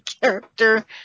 character